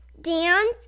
dance